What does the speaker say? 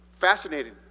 fascinating